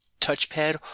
touchpad